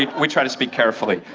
we try to speak carefully.